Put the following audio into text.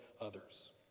others